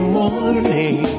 morning